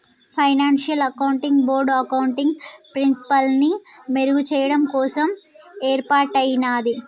financial accounting board accounting ప్రిన్సిపల్స్ని మెరుగుచెయ్యడం కోసం యేర్పాటయ్యినాది